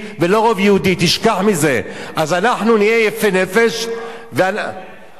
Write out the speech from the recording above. אז אנחנו נהיה יפי נפש, ואנחנו, מה מפריע לך?